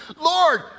Lord